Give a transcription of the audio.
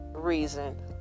reason